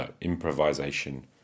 improvisation